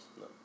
No